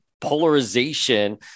polarization